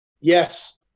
yes